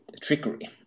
trickery